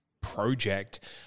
project